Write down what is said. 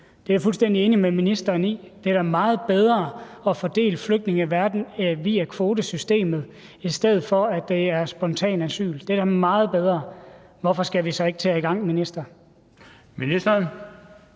Det er jeg fuldstændig enig med ministeren i. Det er da meget bedre at fordele flygtninge i verden via kvotesystemet, i stedet for at det er spontan asyl – det er da meget bedre. Hvorfor skal vi så ikke til at komme i gang, vil jeg